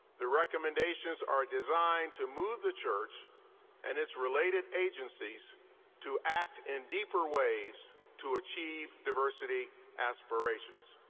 the recommendations are designed to move the church and its related agencies to act in deeper ways to achieve diversity aspirations.